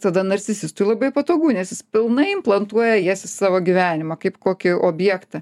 tada narcisistui labai patogu nes jis pilnai implantuoja jas į savo gyvenimą kaip kokį objektą